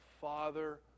father